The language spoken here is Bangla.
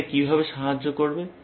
এটা কিভাবে সাহায্য করবে